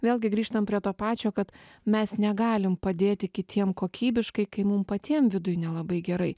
vėlgi grįžtam prie to pačio kad mes negalim padėti kitiem kokybiškai kai mum patiem viduj nelabai gerai